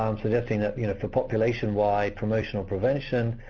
um suggesting that for population-wide promotional prevention,